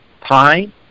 pine